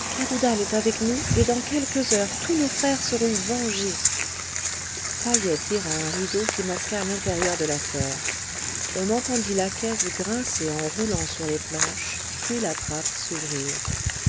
cadoudal est avec nous et dans quelques heures tous nos frères seront vengés taïeh tira un rideau qui masqua l'intérieur de la serre on entendit la caisse grincer en roulant sur les planches puis la trappe s'ouvrir